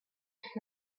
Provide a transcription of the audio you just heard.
snack